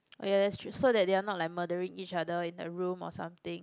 oh ya that's true so that they are not like murdering each other in a room or something